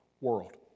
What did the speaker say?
world